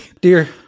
dear